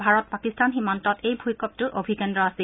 ভাৰত পাকিস্তান সীমান্তত এই ভূইকপটোৰ অভিকেন্দ্ৰ আছিল